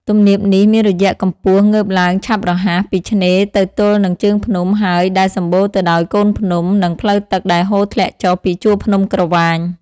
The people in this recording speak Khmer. ទំនាបនេះ មានរយៈកំពស់ងើបឡើងឆាប់រហ័ស ពីឆ្នេរទៅទល់នឹងជើងភ្នំ ហើយ ដែលសំបូរទៅដោយកូនភ្នំ និងផ្លូវទឹកដែលហូរធ្លាក់ចុះពីជួរភ្នំក្រវាញ ។